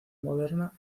moderna